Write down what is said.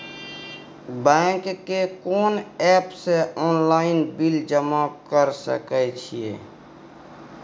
Bank के कोन app से ऑनलाइन बिल जमा कर सके छिए?